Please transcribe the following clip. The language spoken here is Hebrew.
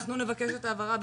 אנחנו נבקש את הבהרה בכתב.